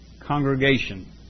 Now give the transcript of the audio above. congregation